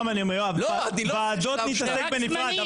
יואב, אני אומר שוב, על ועדות נדבר בנפרד.